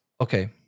okay